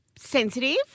sensitive